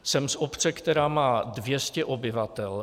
Jsem z obce, která má 200 obyvatel.